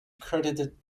credited